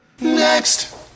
Next